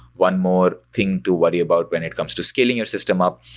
one more thing to worry about when it comes to scaling your system up,